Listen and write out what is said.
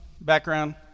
background